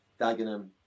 Dagenham